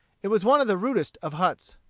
it was one of the rudest of huts.